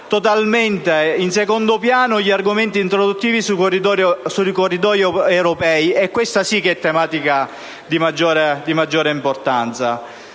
totalmente in secondo piano gli argomenti introduttivi sui corridoi europei (questa sì che è una tematica di maggiore importanza).